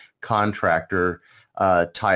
contractor-type